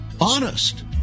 honest